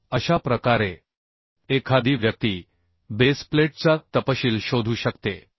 तर अशा प्रकारे एखादी व्यक्ती बेस प्लेटचा तपशील शोधू शकते